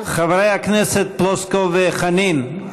חברי הכנסת פלוסקוב וחנין,